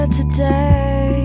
today